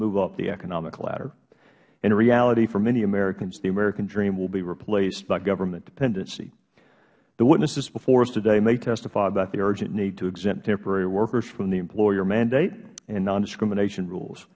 move up the economic ladder in reality for many americans the american dream will be replaced by government dependency the witnesses before us today may testify about the urgent need to exempt temporary workers from the employer mandate and non discrimination rules